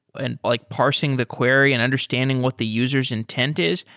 and like parsing the query and understanding what the user's intent is?